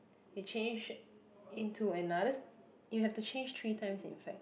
you change into another you have to change three times in fact